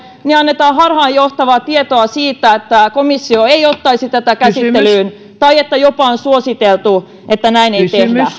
annetaan harhaanjohtavaa tietoa siitä että komissio ei ottaisi tätä käsittelyyn tai että jopa on suositeltu että näin ei tehdä